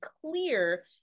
clear